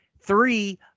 Three